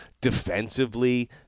Defensively